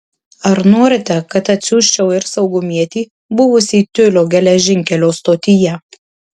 ar norite kad atsiųsčiau ir saugumietį buvusį tiulio geležinkelio stotyje